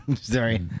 Sorry